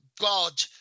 God